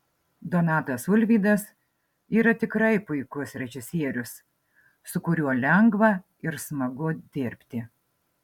donatas ulvydas yra tikrai puikus režisierius su kuriuo lengva ir smagu dirbti